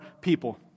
people